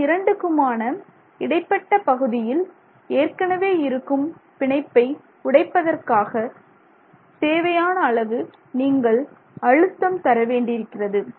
இந்த இரண்டுக்குமான இடைப்பட்ட பகுதியில் ஏற்கனவே இருக்கும் பிணைப்பை உடைப்பதற்காக தேவையான அளவு நீங்கள் அழுத்தம் தர வேண்டியிருக்கிறது